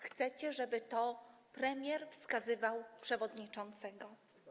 Chcecie, żeby to premier wskazywał przewodniczącego.